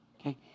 Okay